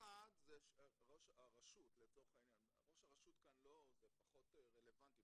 ראש הרשות כאן, זה פחות רלוונטי.